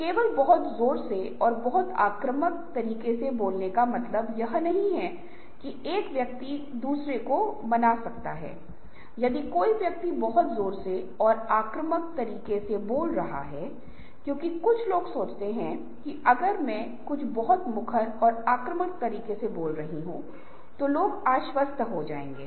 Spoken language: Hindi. तो इसलिए हर काम के बाद हमें कुछ आराम विश्राम की आवश्यकता होती है और फिर आप एक और काम शुरू करते हैं जो अधिक प्रभावी होगा यह कहा जा रहा है तो इस समय का प्रबंधन कैसे करें